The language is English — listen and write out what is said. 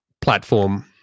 platform